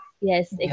yes